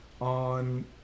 on